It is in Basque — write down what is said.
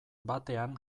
batean